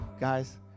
guys